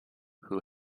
who